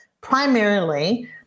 Primarily